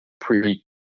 pre